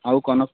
ଆଉ କନ